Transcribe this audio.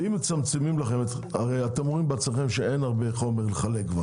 אתם בעצמכם אומרים שכבר אין הרבה דואר לחלק.